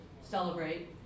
celebrate